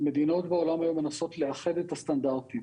מדינות בעולם היום מנסות לאחד את הסטנדרטים